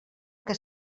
que